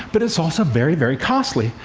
but it's also very, very costly.